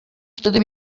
wtedy